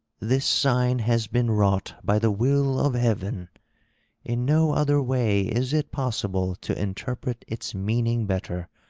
this sign has been wrought by the will of heaven in no other way is it possible to interpret its meaning better,